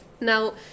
Now